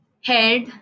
head